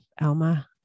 Alma